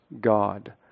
God